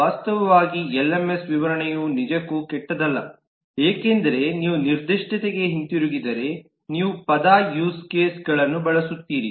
ವಾಸ್ತವವಾಗಿ ಎಲ್ಎಂಎಸ್ ವಿವರಣೆಯು ನಿಜಕ್ಕೂ ಕೆಟ್ಟದ್ದಲ್ಲ ಏಕೆಂದರೆ ನೀವು ನಿರ್ದಿಷ್ಟತೆಗೆ ಹಿಂತಿರುಗಿದರೆ ನೀವು ಪದ ಯೂಸ್ ಕೇಸ್ ಗಳನ್ನು ಬಳಸುತ್ತೀರಿ